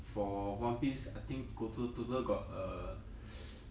for one piece I think total total got err